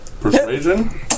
Persuasion